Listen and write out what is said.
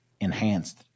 enhanced